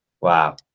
Wow